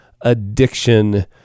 addiction